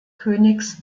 königs